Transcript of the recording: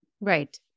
Right